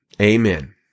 amen